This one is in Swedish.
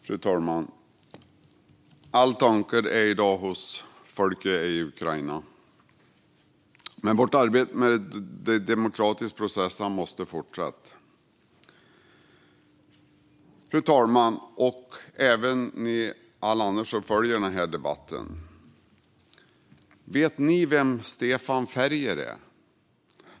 Fru talman! Alla tankar är i dag hos folket i Ukraina, men vårt arbete med de demokratiska processerna måste fortsätta. Fru talman och alla andra som följer den här debatten! Vet ni vem Stefan Ferger är?